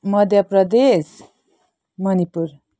Madhya Pradesh Manipur